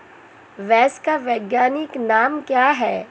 भैंस का वैज्ञानिक नाम क्या है?